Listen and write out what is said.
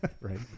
right